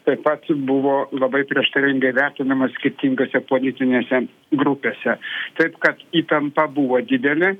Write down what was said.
taip pat buvo labai prieštaringai vertinamos skirtingose politinėse grupėse taip kad įtampa buvo didelė